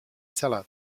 salat